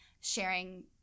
sharing